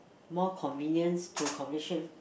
more convenience to